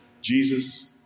Jesus